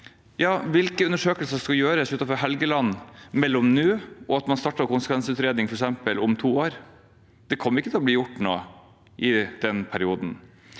Hvilke undersøkelser skal gjøres utenfor Helgeland mellom nå og når man starter konsekvensutredning, f.eks. om to år? Det kommer ikke til å bli gjort noe i den perioden.